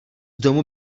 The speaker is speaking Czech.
domu